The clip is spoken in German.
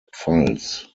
pfalz